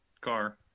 car